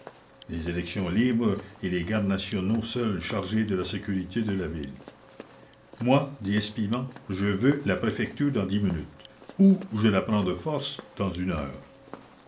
les élections libres et les gardes nationaux seuls chargés de la sécurité de la ville moi dit espivent je veux la préfecture dans dix minutes ou je la prends de force dans une heure